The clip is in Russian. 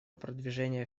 продвижения